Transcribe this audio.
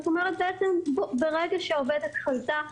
זאת אומרת שבעצם ברגע שהעובדת חלתה